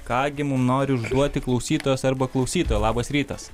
ką gi mum nori užduoti klausytojas arba klausytojai labas rytas